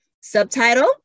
Subtitle